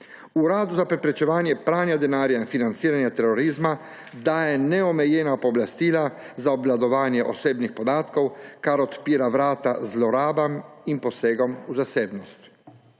Uradu za preprečevanje pranja denarja in financiranje terorizma daje neomejena pooblastila za obvladovanje osebnih podatkov, kar odpira vrata zlorabam in posegom v zasebnost.